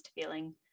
feeling